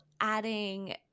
adding